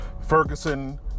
Ferguson